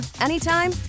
anytime